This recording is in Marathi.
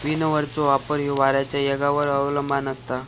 विनोव्हरचो वापर ह्यो वाऱ्याच्या येगावर अवलंबान असता